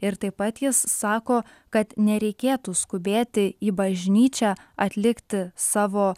ir taip pat jis sako kad nereikėtų skubėti į bažnyčią atlikti savo